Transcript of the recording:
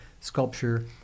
sculpture